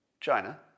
China